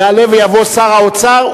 יעלה ויבוא שר האוצר,